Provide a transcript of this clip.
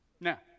Now